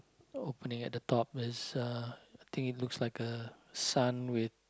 opening at the top it's a I think it looks like a sun with